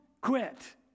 quit